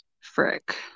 Frick